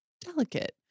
delicate